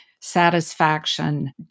satisfaction